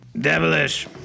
devilish